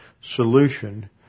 solution